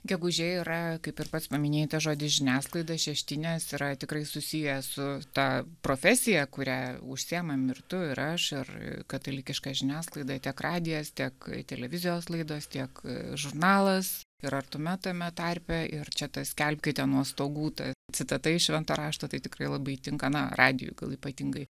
gegužė yra kaip ir pats paminėjai tą žodį žiniasklaida šeštinės yra tikrai susiję su ta profesija kuria užsiemam ir tu ir aš ir katalikiška žiniasklaida tiek radijas tiek televizijos laidos tiek žurnalas ir artume tame tarpe ir čia tas skelbkite nuo stogų ta citata iš švento rašto tai tikrai labai tinka na radijui gal ypatingai